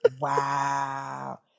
wow